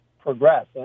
progress